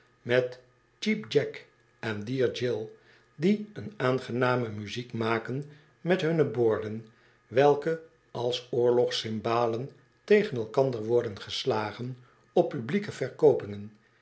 cheap jack en dear jül die een aangename muziek maken met hunne borden welke als oorlogscymbalen togen elkander worden geslagen op publieke verkoopingen